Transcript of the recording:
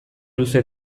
luze